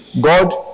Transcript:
God